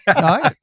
no